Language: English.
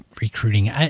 recruiting